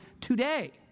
today